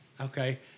okay